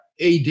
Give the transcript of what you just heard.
AD